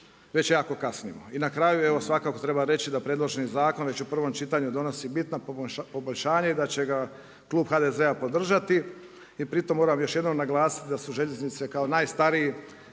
već jako kasnimo. I na kraju evo svakako treba reći da predloženi zakon već u prvom čitanju donosi bitna poboljšanja i da će ga klub HDZ-a podržati. I pritom moram još jednom naglasiti da su željeznice kao najstariji